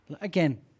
again